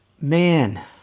Man